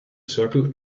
circle